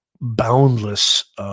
boundless